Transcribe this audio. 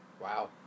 Wow